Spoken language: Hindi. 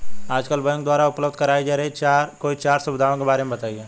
आजकल बैंकों द्वारा उपलब्ध कराई जा रही कोई चार सुविधाओं के बारे में बताइए?